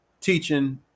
teaching